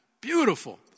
Beautiful